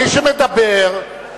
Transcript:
מי שמדבר,